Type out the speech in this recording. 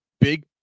Big